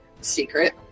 Secret